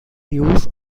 use